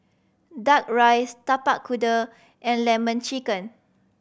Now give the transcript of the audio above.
Duck Rice Tapak Kuda and Lemon Chicken